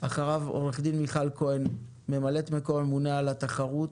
אחריו עורכת דין מיכל כהן ממלאת מקום הממונה על התחרות,